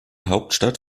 hauptstadt